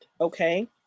okay